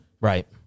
Right